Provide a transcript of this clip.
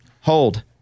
Hold